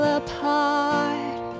apart